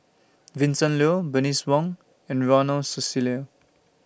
Vincent Leow Bernice Wong and Ronald Susilo